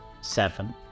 seven